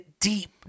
deep